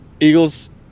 eagles